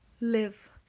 live